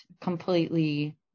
completely